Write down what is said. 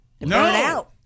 No